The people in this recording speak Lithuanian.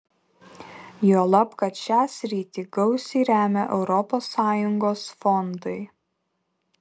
juolab kad šią sritį gausiai remia europos sąjungos fondai